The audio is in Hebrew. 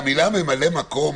המילה ממלא מקום